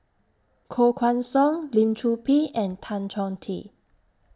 Koh Guan Song Lim Chor Pee and Tan Chong Tee